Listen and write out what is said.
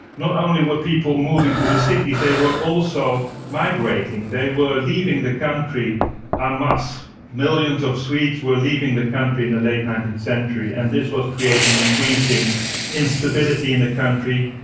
not only were people moving to the cities, they were also migrating, they were leaving the country amass millions of swedes were leaving the country in the late nineteenth century, and this was creating increasing instability in the country,